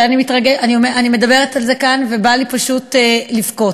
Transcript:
אני מדברת על זה כאן ובא לי פשוט לבכות,